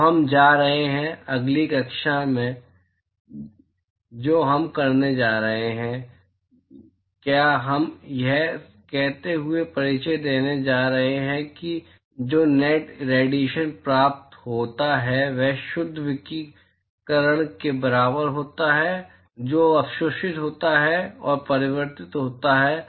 तो हम जा रहे हैं अगली कक्षा जो हम करने जा रहे हैं क्या हम यह कहते हुए परिचय देने जा रहे हैं कि जो नेट इरेडिएशन प्राप्त होता है वह शुद्ध विकिरण के बराबर होता है जो अवशोषित होता है और परावर्तित होता है